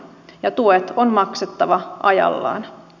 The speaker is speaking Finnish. ja tuet on maksettava ajallaan